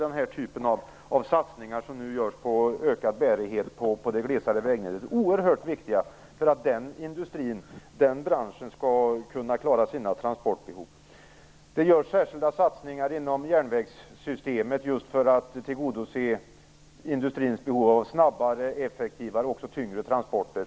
Den typ av satsningar som nu görs på ökad bärighet på det glesare vägnätet är oerhört viktiga för att den branschen skall kunna klara sina transportbehov. Det görs särskilda satsningar inom järnvägssystemet för att tillgodose industrins behov av snabbare, effektivare och även tyngre transporter.